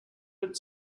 but